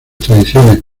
tradiciones